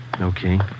Okay